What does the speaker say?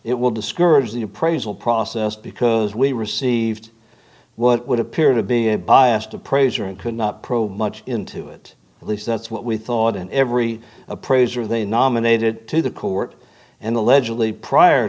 it will discourage the appraisal process because we received what would appear to be a biased appraiser and could not probe much into it at least that's what we thought and every appraiser they nominated to the court and allegedly prior